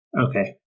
Okay